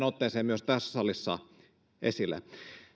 otteeseen myös tässä salissa esille